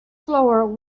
floor